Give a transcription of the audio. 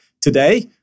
Today